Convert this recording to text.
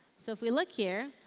so if we look here,